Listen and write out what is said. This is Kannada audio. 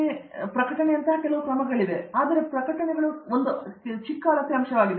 ಅರಂದಾಮ ಸಿಂಗ್ ಒಂದು ಪ್ರಕಟಣೆಯಂತಹ ಕೆಲವು ಕ್ರಮಗಳಿವೆ ಅವರ ಪ್ರಕಟಣೆಗಳು ಒಂದು ಅಳತೆ ಅಂಶವಾಗಿದೆ